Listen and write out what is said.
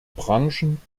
branchen